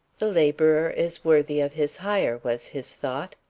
the laborer is worthy of his hire, was his thought.